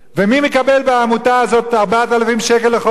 ומי מקבל בעמותה הזאת 4,000 שקל לחודש,